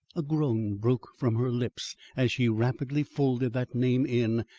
a groan broke from her lips as she rapidly folded that name in,